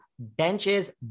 Benches